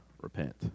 repent